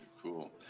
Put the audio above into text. Cool